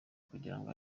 kugirango